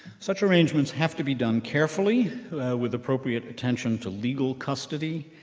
such arrangements have to be done carefully with appropriate attention to legal custody,